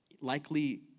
likely